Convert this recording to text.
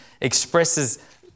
expresses